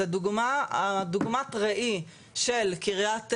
זו דוגמת ראי של קרית יערים,